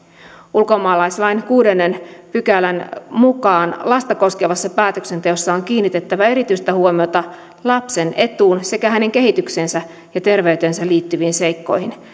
ulkomaalaislain kuudennen pykälän mukaan lasta koskevassa päätöksenteossa on kiinnitettävä erityistä huomiota lapsen etuun sekä hänen kehitykseensä ja terveyteensä liittyviin seikkoihin